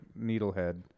needlehead